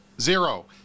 zero